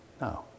No